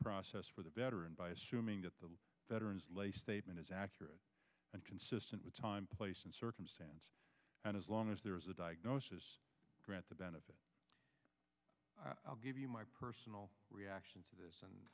process for the better and by assuming that the veteran's lay statement is accurate and consistent with time place and circumstance and as long as there is a diagnosis grant the benefit i'll give you my personal reaction to this and